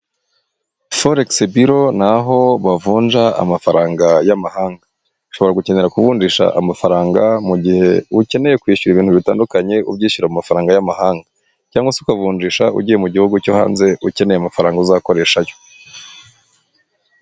Foregisi Biro ni aho bavunja amafaranga y'amahanga, ushobora gukenera ku kuvudisha amafaranga mu gihe ukeneye kwishyura ibintu bitandukanye ubyishyura mu mafaranga y'amahanga, cyangwa se ukavunjisha ugiye mu gihugu cyo hanze ukeneye amafaranga uzakoresha yo.